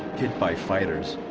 hit by fighters,